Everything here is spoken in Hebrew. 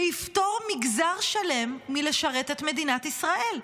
שיפטור מגזר שלם מלשרת את מדינת ישראל.